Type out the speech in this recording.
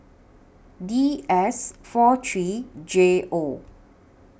D S four three J O